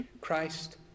Christ